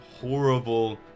horrible